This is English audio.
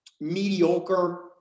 mediocre